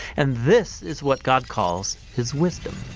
and this is what god calls his wisdom.